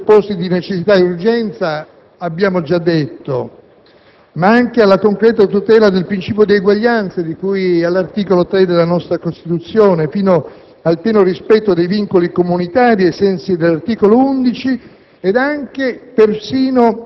dalla sussistenza dei presupposti di necessità ed urgenza, di cui abbiamo già detto, alla concreta tutela del principio di eguaglianza, di cui all'articolo 3 della nostra Costituzione, fino al pieno rispetto dei vincoli comunitari, ai sensi dell'articolo 11,